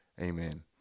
Amen